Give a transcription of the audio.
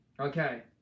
Okay